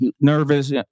nervous